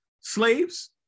Slaves